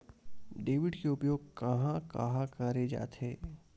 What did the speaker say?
Debit के उपयोग कहां कहा करे जाथे?